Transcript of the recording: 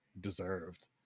deserved